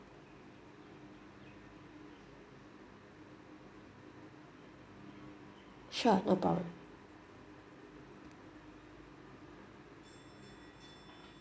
sure no problem